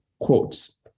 quotes